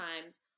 times